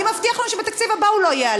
מי מבטיח לנו שבתקציב הבא זה לא ייעלם?